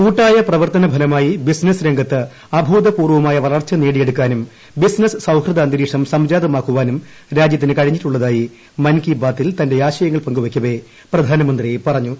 കൂട്ടായ പ്രവർത്തന ഫലമായി ബിസിനസ് രംഗത്ത് അഭൂതപൂർവമായ വളർച്ച നേടിയെടുക്കാനും ബിസിനസ് സൌഹൃദ അന്തരീക്ഷം സംജാതമാകുവാനും രാജ്യത്തിന് കഴിഞ്ഞിട്ടുള്ളതായി മൻ കി ബാത്തിൽ തന്റെ ആശയങ്ങൾ പങ്കുവയ്ക്കവെ പ്രധാനമന്ത്രി പറഞ്ഞു